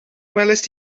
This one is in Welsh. welaist